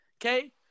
Okay